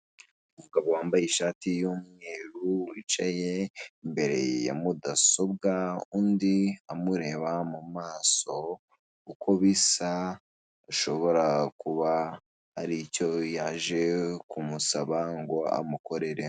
Umugabo wambaye ishati y'umweru wicaye imbere ya mudasobwa, undi amureba mu mu maso uko bisa ashobora kuba hari icyo yaje kumusaba ngo amukorere.